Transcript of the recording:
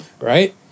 Right